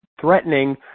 threatening